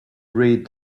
read